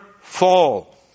fall